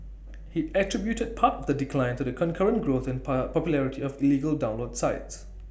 he attributed part of the decline to the concurrent growth in par popularity of illegal download sites